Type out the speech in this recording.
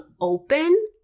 open